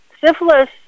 syphilis